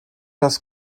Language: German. das